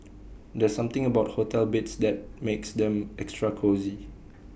there's something about hotel beds that makes them extra cosy